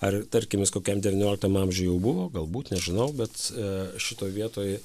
ar tarkim jis kokiam devynioliktam amžiuj jau buvo galbūt nežinau bet šitoj vietoj